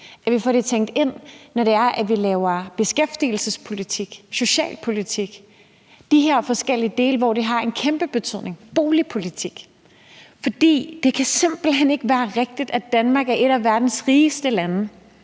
at vi får det tænkt ind, når vi laver beskæftigelsespolitik, socialpolitik og boligpolitik, altså de her forskellige dele, hvor det har en kæmpe betydning. For det kan simpelt hen ikke være rigtigt, at vi i Danmark, som er et af verdens rigeste lande,